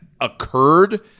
occurred –